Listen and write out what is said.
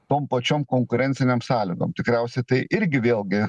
tom pačiom konkurencinėm sąlygom tikriausiai tai irgi vėlgi